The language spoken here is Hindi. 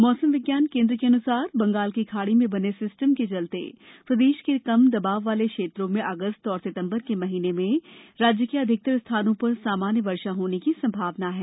मौसम विज्ञान केन्द्र के अनुसार बंगाल की खाड़ी में बने सिस्टम के चलते प्रदेश के कम दवाब वाले क्षेत्रों में अगस्त और सितंबर के महीने में प्रदेश के अधिकतर स्थानों पर सामान्य वर्षा होने की संभावना है